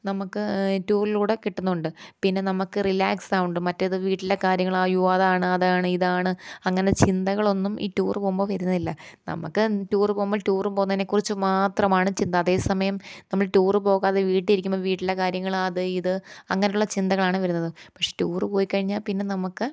നമ്മൾക്ക് ടൂറിലൂടെ കിട്ടുന്നുണ്ട് പിന്നെ നമ്മൾക്ക് റിലാക്സാവുന്നുണ്ട് മറ്റേത് വീട്ടിലേ കാര്യങ്ങൾ അയ്യോ അതാണ് അതാണ് ഇതാണ് അങ്ങനെ ചിന്തകളൊന്നും ഈ ടൂർ പോകുമ്പോൾ വരുന്നില്ല നമ്മൾക്ക് ടൂറ് പോകുമ്പോൾ ടൂറ് പോവുന്നതിനെക്കുറിച്ച് മാത്രമാണ് ചിന്ത അതേസമയം നമ്മൾ ടൂർ പോകാതെ വീട്ടിലിരിക്കുമ്പം വീട്ടിലെ കാര്യങ്ങൾ അത് ഇത് അങ്ങനെയുള്ള ചിന്തകളാണ് വരുന്നത് പക്ഷേ ടൂർ പോയി കഴിഞ്ഞാൽ പിന്നെ നമ്മൾക്ക്